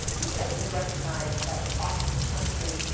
because we recognize that across this country,